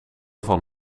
van